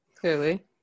clearly